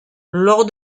lors